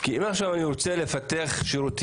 כי אם עכשיו אני רוצה לפתח שירותים